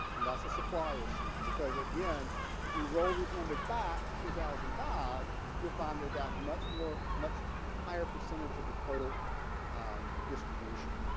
and that's a supply issue because again if you roll these numbers back to two thousand and five you'll find they got much more much higher percentage of the total distribution